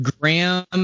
Graham